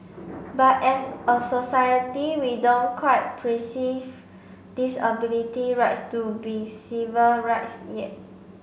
but as a society we don't quite disability rights to be civil rights yet